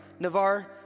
Navar